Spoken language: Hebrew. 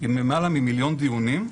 עם למעלה ממיליון דיונים,